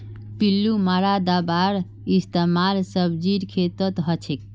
पिल्लू मारा दाबार इस्तेमाल सब्जीर खेतत हछेक